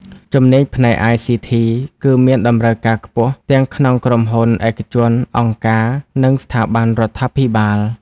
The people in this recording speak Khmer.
ជំនាញផ្នែក ICT គឺមានតម្រូវការខ្ពស់ទាំងនៅក្នុងក្រុមហ៊ុនឯកជន អង្គការ និងស្ថាប័នរដ្ឋាភិបាល។